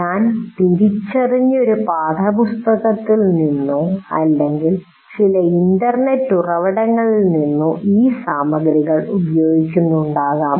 ഞാൻ തിരിച്ചറിഞ്ഞ ഒരു പാഠപുസ്തകത്തിൽ നിന്നോ അല്ലെങ്കിൽ ചില ഇന്റർനെറ്റ് ഉറവിടങ്ങളിൽ നിന്നോ ഈ സാമഗ്രികൾ ഉപയോഗിക്കുന്നുണ്ടാകാം